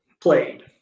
played